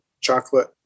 chocolate